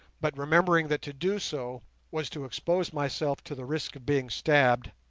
but remembering that to do so was to expose myself to the risk of being stabbed,